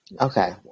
okay